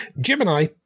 Gemini